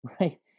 right